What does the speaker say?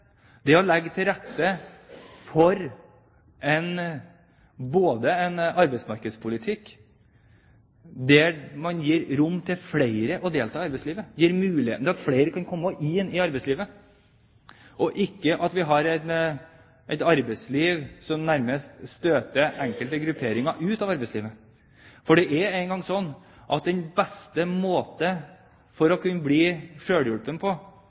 å legge til rette for en arbeidsmarkedspolitikk der man gir rom for flere til å delta i arbeidslivet, gir muligheten for at flere kan komme inn i arbeidslivet, og at vi ikke har et arbeidsliv som nærmest støter enkelte grupperinger ut. Det er engang slik at den beste måten for å kunne bli selvhjulpen er å ha sin egen, faste inntekt gjennom å gå på